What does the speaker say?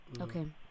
Okay